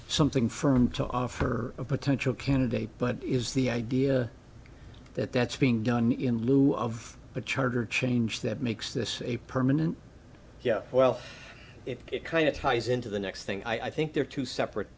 something firm to offer a potential candidate but is the idea that that's being done in lieu of a charter change that makes this a permanent yeah well it kind of ties into the next thing i think they're two separate